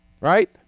right